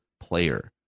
player